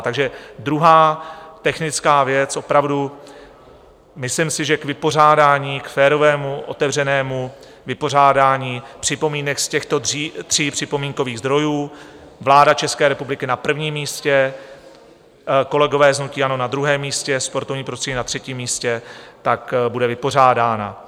Takže druhá technická věc opravdu, myslím si, že k vypořádání, k férovému otevřenému vypořádání připomínek z těchto tří připomínkových zdrojů vláda České republiky na prvním místě, kolegové z hnutí ANO na druhém místě, sportovním prostředí na třetím místě, tak bude vypořádána.